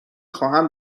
خواهم